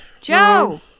Joe